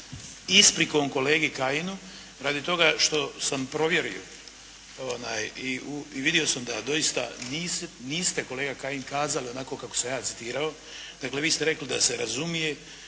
isprikom kolegi Kajinu, radi toga što sam provjerio i vidio sam da doista niste kolega Kajin kazali onako kako sam ja citirao. Dakle, vi ste rekli da se razumije